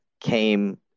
came